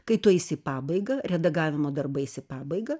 kai tu eisi į pabaigą redagavimo darbai eis į pabaigą